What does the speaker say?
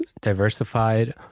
diversified